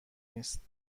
نیست